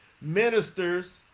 ministers